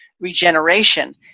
regeneration